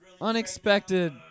unexpected